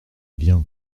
bien